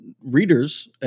readers